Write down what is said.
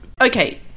Okay